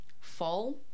Fall